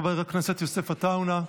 חבר הכנסת יוסף עטאונה,